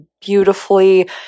beautifully